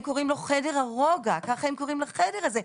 הם קוראים לו "חדר הרוגע", כך הם קוראים לחדר הזה.